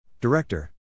Director